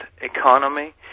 economy